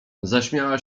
zaśmiała